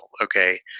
okay